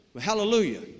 Hallelujah